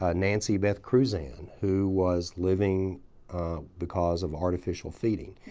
ah nancy beth cruzan who was living because of artificial feeding.